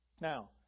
Now